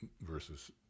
versus